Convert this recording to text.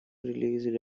released